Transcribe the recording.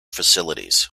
facilities